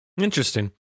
Interesting